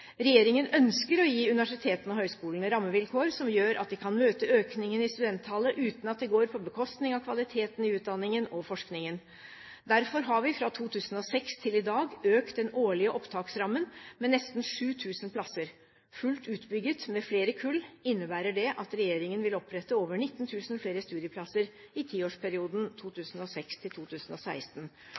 Regjeringen ønsker å gi universitetene og høyskolene rammevilkår som gjør at de kan møte økningen i studenttallet, uten at det går på bekostning av kvaliteten i utdanningen og forskningen. Derfor har vi fra 2006 til i dag økt den årlige opptaksrammen med nesten 7 000 plasser. Fullt utbygget med flere kull innebærer det at regjeringen vil opprette over 19 000 flere studieplasser i tiårsperioden